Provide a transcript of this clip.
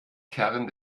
kern